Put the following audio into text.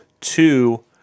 Two